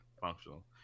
functional